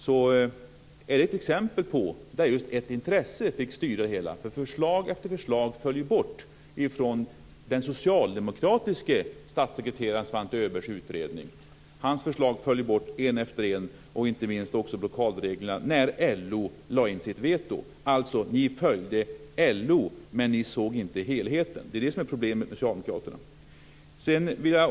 Det är ett exempel på att just ett intresse fått styra det hela. Förslag efter förslag föll bort från den socialdemokratiske statssekreteraren Svante Öbergs utredning. Det ena efter det andra av hans förslag föll ju bort - inte minst gäller det också blockadreglerna - när LO lade in sitt veto. Ni följde alltså LO och såg inte till helheten. Det är detta som är problemet med Socialdemokraterna.